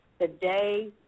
today